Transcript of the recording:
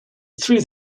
through